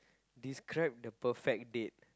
describe the perfect date